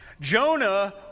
Jonah